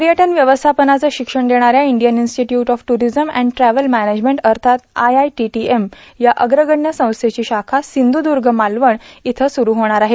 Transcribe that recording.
पयटन व्यवस्थापनाच शिक्षण देणाऱ्या Indian institute of tourism and travel management अथात आयआयटांटाएम या अग्रगण्य संस्थेची शाखा र्संध्दग मालवण इथं सुरू होणार आहे